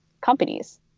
companies